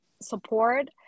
support